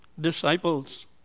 disciples